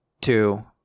Two